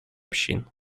общин